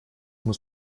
muss